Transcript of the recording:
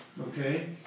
Okay